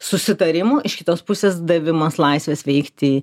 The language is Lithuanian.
susitarimų iš kitos pusės davimas laisvės veikti